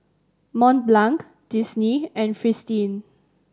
Mont Blanc Disney and Fristine